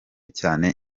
cyane